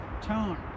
tone